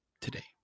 today